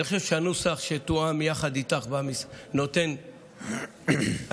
אני חושב שהנוסח שתואם יחד איתך נותן ושם